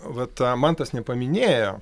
vat ta mantas nepaminėjo